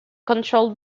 controlled